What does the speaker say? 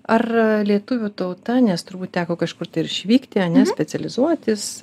ar lietuvių tauta nes turbūt teko kažkur tai išvykti ane specializuotis